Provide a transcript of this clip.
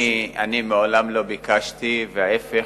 מעולם לא ביקשתי, להיפך.